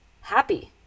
happy